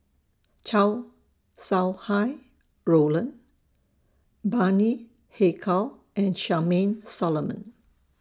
Chow Sau Hai Roland Bani Haykal and Charmaine Solomon